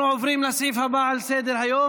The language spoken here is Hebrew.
אנחנו עוברים לסעיף הבא על סדר-היום,